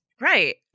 Right